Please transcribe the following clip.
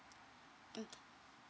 mm